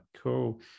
cool